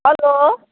hello